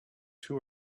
two